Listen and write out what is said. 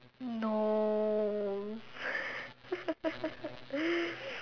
no